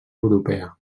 europea